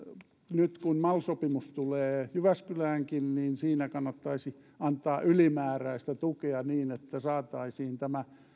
nyt kun mal sopimus tulee jyväskyläänkin niin siinä kannattaisi antaa ylimääräistä tukea niin että saataisiin tämä